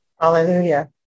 Hallelujah